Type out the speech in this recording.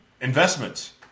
investments